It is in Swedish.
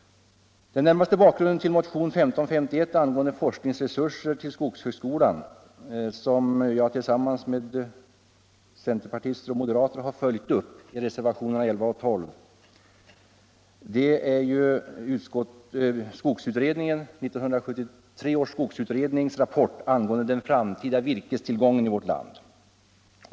Den närmaste bakgrunden till motionen 1551 angående forskningsresurser till skogshögskolan, som jag tillsammans med centerpartister och moderater har följt upp i reservationerna 11 och 12, är 1973 års skogsutrednings rapport om den framtida virkestillgången i vårt land.